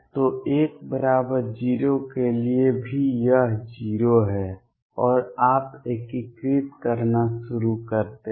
तो l 0 के लिए भी यह 0 है और आप एकीकृत करना शुरू करते हैं